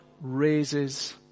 raises